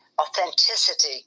authenticity